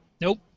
Nope